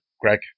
Greg